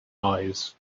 eyes